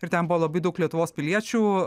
ir ten buvo labai daug lietuvos piliečių